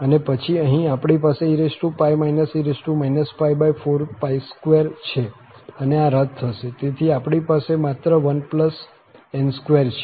અને પછી અહીં આપણી પાસે e e 42 છે અને આ રદ થશે તેથી આપણી પાસે માત્ર 1n2 છે